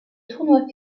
tournoi